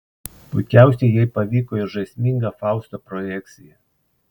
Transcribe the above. puikiausiai jai pavyko ir žaisminga fausto projekcija